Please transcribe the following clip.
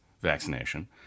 vaccination